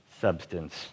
substance